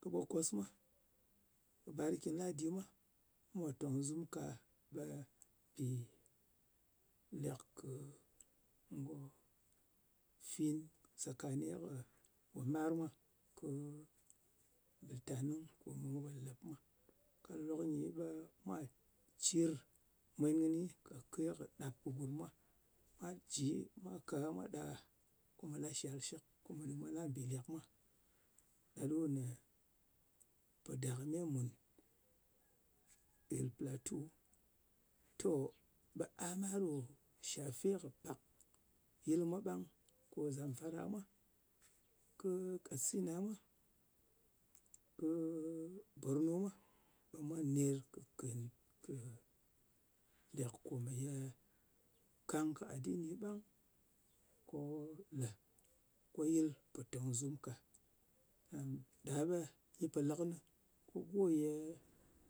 Kɨ bokos mwa, kɨ barakin ladi mwa pò tòng zum ka, ɓe mpì lèk kɨ ngòfwin sakani kɨ ngò mwar mwa, kɨ bɨltanɨng kome mwa pò lek mwa. Ka lok-lok nyi ɓe mwa cir mwen kɨni kake kɨ ɗàp kɨ gùrm mwa. Mwa jɨ mwa ka gha ɓe mwa ɗa gha, ko mwa la shak shɨk, ko mwa la mbì lek mwa. Ɗa ɗò nè pò dakɨme mùn nɗin platu. To, ɓe a ɓang ɗò jɨ shafe kɨ pak yɨl mwa ɓang. Ko zamfara mwa, kɨ kasina mwa, kɨ borno mwa. Mwa ner kɨ kɨ lèk komeye kàng kɨ adini ɓang. Ko lē ko yɨl pò tong zum ka. And ɗa ɓe nyɨ po lē kɨnɨ ko go ye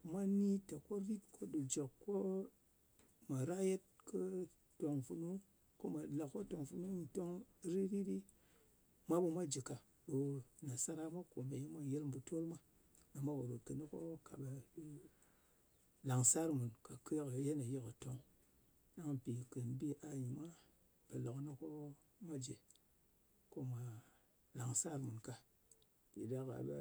mwa ni te ko rit ko ɗu jɨ ko mwa rayad kɨ tòng funu, ko mwà le ko tong funu nyɨ tong ri-rit ɗi, mwa ɓe mwa jɨ ka. Ɗo nasara mwa kome mwa nyɨl mbùtol mwa, ɓe mwa pò ròt kɨnɨ ko ka ɓe mwà làng sar mùn kake kɨ yanayi kɨ tong. Ɗang mpì ken bi aha nyɨ mwa pò lè kɨnɨ ko mwa jɨ ko mwà làngsar mùn ka. Mpì ɗa ɗak-a ɓe,